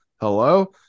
Hello